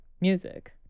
music